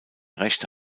rechte